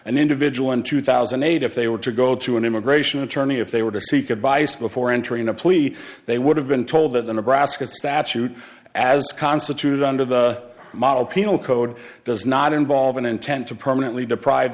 an individual in two thousand and eight if they were to go to an immigration attorney if they were to seek advice before entering a plea they would have been told that the nebraska statute as constituted under the model penal code does not involve an intent to permanently deprive